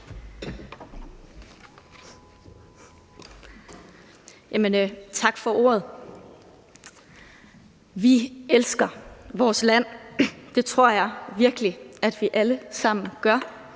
Tak for ordet. Vi elsker vores land – det tror jeg virkelig at vi allesammen gør.